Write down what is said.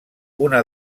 una